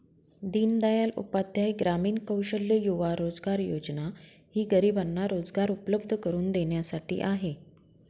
दीनदयाल उपाध्याय ग्रामीण कौशल्य युवा रोजगार योजना ही गरिबांना रोजगार उपलब्ध करून देण्यासाठी आहे